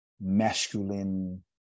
masculine